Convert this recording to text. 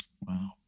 Wow